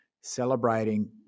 celebrating